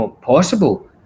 possible